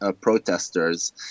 protesters